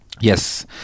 Yes